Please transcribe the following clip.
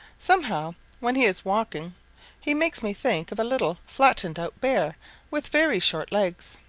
somehow when he is walking he makes me think of a little, flattened-out bear with very short legs.